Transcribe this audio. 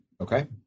Okay